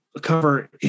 cover